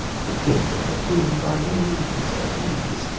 the king had been by no means at ease.